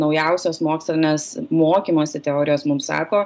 naujausios mokslinės mokymosi teorijos mums sako